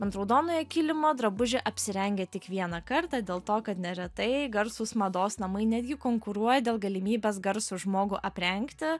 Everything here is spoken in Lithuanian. ant raudonojo kilimo drabužį apsirengia tik vieną kartą dėl to kad neretai garsūs mados namai netgi konkuruoja dėl galimybės garsų žmogų aprengti